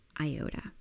iota